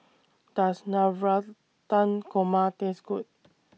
Does Navratan Korma Taste Good